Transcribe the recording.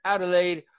Adelaide